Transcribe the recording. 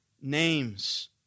names